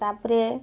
ତା'ପରେ